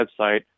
website